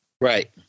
Right